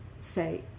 say